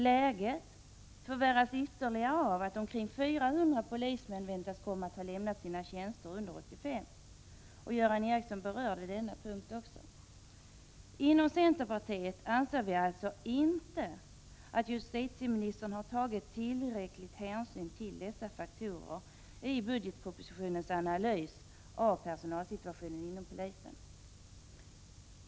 Läget förvärras ytterligare av att omkring 400 polismän beräknas ha lämnat sina tjänster under 1985. Även Göran Ericsson berörde detta. Vi i centerpartiet anser alltså att justitieministern inte har tagit tillräckligt stor hänsyn till dessa faktorer. Att haninte gjort det framgår av budgetpropositionens analys av personalsituationen inom polisväsendet.